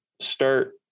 start